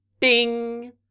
Ding